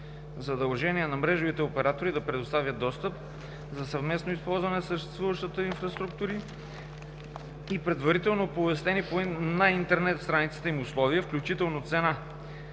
задължение на мрежовите оператори да предоставят достъп за съвместно използване на съществуващата инфраструктура и предварително оповестени на интернет страницата им условия, включително цена,